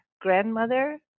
grandmother